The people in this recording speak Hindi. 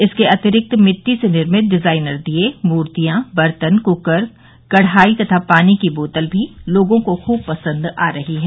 इसके अतिरिक्त मिटटी से निर्मित डिजाइनर दिये मूर्तिया बर्तन कुकर कढ़ाई तथा पानी की बोतल भी लोगों को खूब पसंद आ रही है